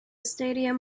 stadium